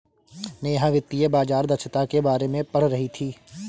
नेहा वित्तीय बाजार दक्षता के बारे में पढ़ रही थी